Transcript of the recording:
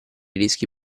rischi